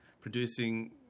producing